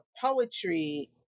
poetry